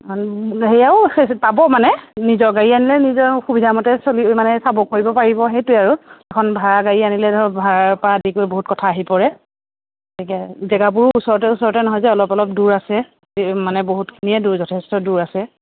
সেয়াও পাব মানে নিজৰ গাড়ী আনিলে নিজৰ সুবিধামতে চলি মানে চাব কৰিব পাৰিব সেইটোৱেই আৰু এখন ভাড়া গাড়ী আনিলে ধৰক ভাড়াৰ পৰা আদি কৰি বহুত কথা আহি পৰে তাকে জেগাবোৰো ওচৰতে ওচৰতে নহয় যে অলপ অলপ দূৰ আছে মানে বহুতখিনিয়ে দূৰ যথেষ্ট দূৰ আছে